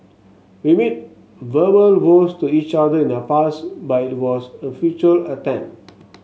we made verbal vows to each other in the past but it was a feature attempt